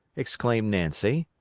exclaimed nancy.